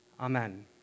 Amen